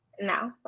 No